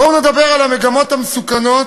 בואו נדבר על המגמות המסוכנות,